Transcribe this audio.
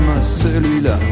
celui-là